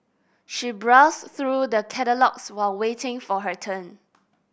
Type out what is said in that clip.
she browsed through the catalogues while waiting for her turn